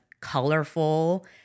colorful